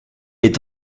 est